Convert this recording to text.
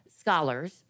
scholars